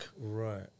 Right